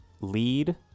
lead